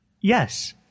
Yes